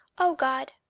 o god,